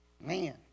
Man